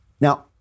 Now